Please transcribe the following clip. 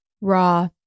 raw